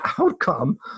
outcome